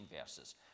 verses